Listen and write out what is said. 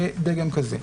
בדגם כזה.